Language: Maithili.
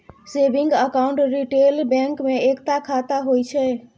सेबिंग अकाउंट रिटेल बैंक मे एकता खाता होइ छै